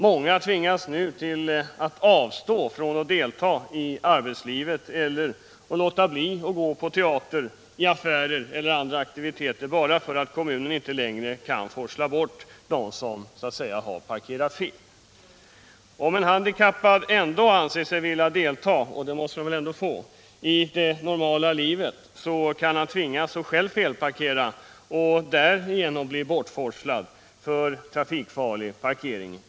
Många tvingas nu att avstå från att delta i arbetslivet, att låta bli att gå på teater och i affärer eller att delta i andra aktiviteter bara för att kommunen inte längre får forsla bort de bilar som parkerats ”fel”. Om en handikappad ändå anser sig vilja delta i det normala livet — och det måste han väl få — kan han tvingas att själv felparkera och därigenom få sin bil bortforslad på grund av att den parkerats på ett trafikfarligt sätt.